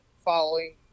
following